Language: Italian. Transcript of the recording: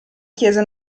chiese